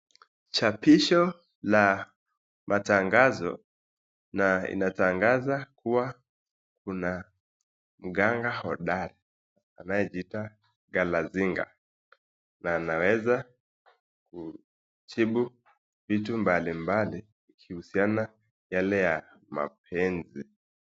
Chapisho la matangazo na inatangaza kuwa kuna mganga hodari anayejiita galazinga na anaweza kujibu vitu mbali mbali ikihusiana na yale ya mapenzi.